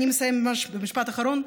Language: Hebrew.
אני מסיימת, ממש במשפט אחרון.